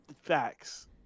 facts